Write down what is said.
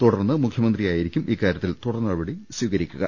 തുടർന്ന് മുഖ്യമന്ത്രിയായിരിക്കും ഇക്കാര്യത്തിൽ തുടർ നടപടി സ്ഥീകരിക്കുക